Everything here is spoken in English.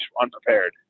unprepared